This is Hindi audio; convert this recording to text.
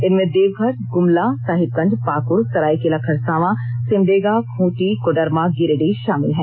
इनमें देवघर गुमला साहिबगंज पाकुड़ सरायकेला खरसावां सिमडेगा खूंटी कोडरमा गिरिडीह शामिल हैं